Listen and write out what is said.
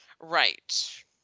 right